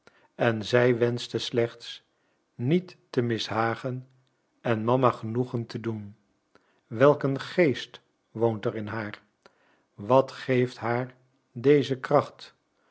en zij wenschte slechts niet te mishagen en mama genoegen te doen welk een geest woont er in haar wat geeft haar deze kracht